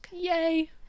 yay